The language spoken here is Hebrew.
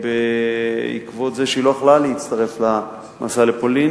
בעקבות זה שהיא לא יכלה להצטרף למסע לפולין,